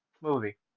movie